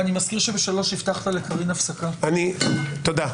אני מזכיר שהבטחת לקארין הפסקה בשעה 15:00. תודה.